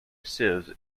sieves